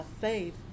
faith